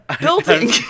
building